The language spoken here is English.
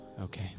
Okay